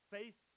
Faith